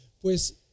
pues